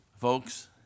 folks